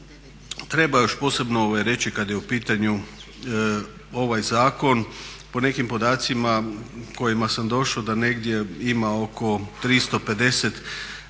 treba još posebno reći kad je u pitanju ovaj zakon po nekim podacima kojima sam došao da negdje ima oko 350